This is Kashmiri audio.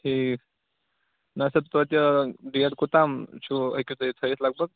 ٹھیٖک نہ سا تویتہِ ڈیٹ کوٚتام چھُو ہیٚکِو تُہۍ تھٲوِتھ لگ بگ